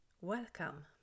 Welcome